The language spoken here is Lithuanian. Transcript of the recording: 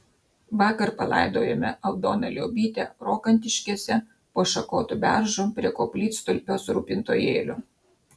vakar palaidojome aldoną liobytę rokantiškėse po šakotu beržu prie koplytstulpio su rūpintojėliu